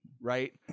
right